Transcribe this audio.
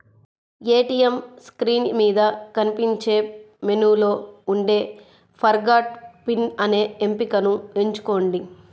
ATM screen మీద కనిపించే మెనూలో ఉండే ఫర్గాట్ పిన్ అనే ఎంపికను ఎంచుకోండి